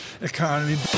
economy